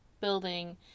building